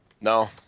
No